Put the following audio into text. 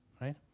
right